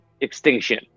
extinction